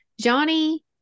Johnny